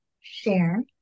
share